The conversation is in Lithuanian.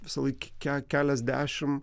visąlaik ke keliasdešimt